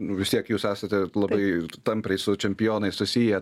vis tiek jūs esate labai tampriai su čempionais susiję